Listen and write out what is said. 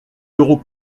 d’euros